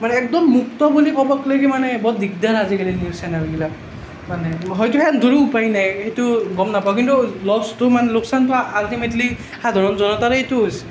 মানে একদম মুক্ত বুলি ক'বলৈকে মানে বহুত দিগদাৰ আজিকালি নিউজ চেনেলবিলাক মানে হয়তো সিহঁতৰো উপায় নাই সেইটো গম নাপাওঁ কিন্তু লছটো মানে লোকচানটো আল্টিমেটলী সাধাৰণ জনতাৰেইতো হৈছে